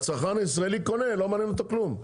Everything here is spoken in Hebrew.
הצרכן הישראלי קונה, לא מעניין אותו כלום.